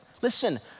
Listen